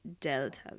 Delta